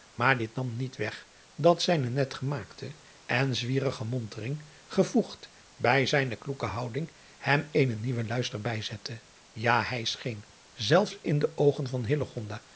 maar dit nam niet weg dat zijne net gemaakte en zwierige montering gevoegd bij zijne kloeke houding hem eenen nieuwen luister bijzette ja hij scheen zelfs in de oogen van